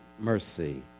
mercy